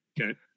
Okay